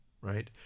right